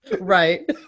Right